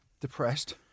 depressed